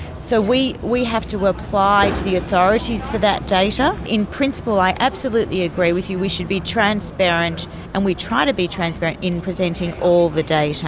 so we we have to apply to the authorities for that data. in principle, i absolutely agree with you, we should be transparent and we try to be transparent in presenting all the data.